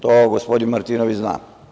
To gospodin Martinović zna.